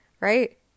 right